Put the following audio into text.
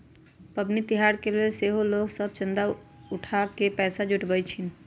पबनि तिहार के लेल सेहो लोग सभ चंदा उठा कऽ पैसा जुटाबइ छिन्ह